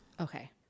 okay